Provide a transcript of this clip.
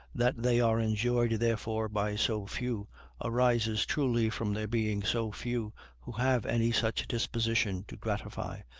that they are enjoyed therefore by so few arises truly from there being so few who have any such disposition to gratify,